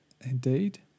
Indeed